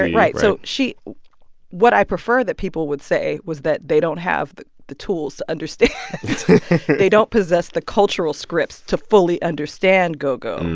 right? right. so she what i prefer that people would say was that they don't have the tools to understand they don't possess the cultural scripts to fully understand go-go,